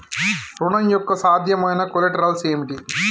ఋణం యొక్క సాధ్యమైన కొలేటరల్స్ ఏమిటి?